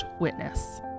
witness